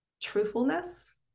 truthfulness